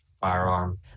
Firearm